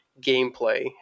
gameplay